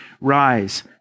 Rise